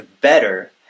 better